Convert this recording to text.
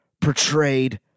portrayed